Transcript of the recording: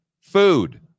food